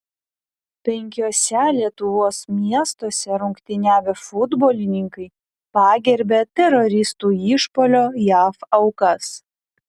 penkiuose lietuvos miestuose rungtyniavę futbolininkai pagerbė teroristų išpuolio jav aukas